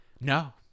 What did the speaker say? no